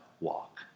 walk